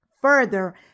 Further